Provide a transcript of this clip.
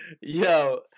Yo